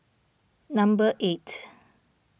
number eight